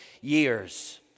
years